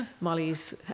Molly's